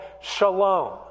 shalom